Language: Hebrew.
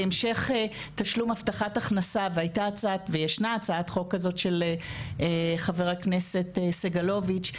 להמשך תשלום הבטחת הכנסה וישנה הצעת חוק כזאת של חבר הכנסת סגלוביץ',